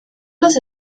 los